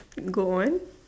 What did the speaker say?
go on